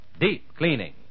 Deep-cleaning